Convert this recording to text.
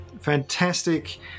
fantastic